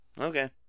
Okay